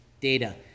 data